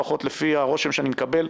לפחות לפי הרושם שאני מקבל,